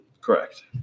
Correct